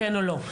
כן או לא.